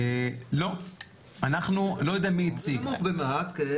אולי במעט.